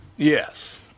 Yes